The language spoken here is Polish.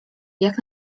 jak